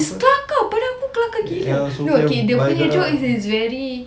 it's kelakar pada aku kelakar gila no okay dia punya joke is very